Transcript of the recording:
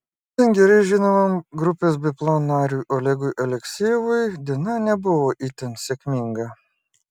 šiandien gerai žinomam grupės biplan nariui olegui aleksejevui diena nebuvo itin sėkminga